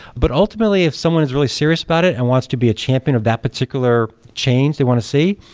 but ultimately, if someone is really serious about it and wants to be a champion of that particular change they want to see,